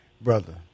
Brother